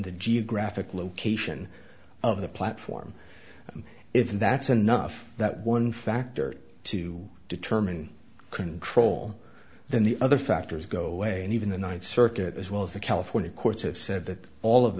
the geographic location of the platform and if that's enough that one factor to determine control then the other factors go away and even the ninth circuit as well as the california courts have said that all of